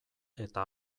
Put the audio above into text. eta